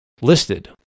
listed